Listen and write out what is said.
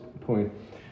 point